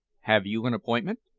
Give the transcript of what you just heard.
have you an appointment?